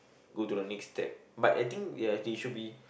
go to the next step but I think ya they should be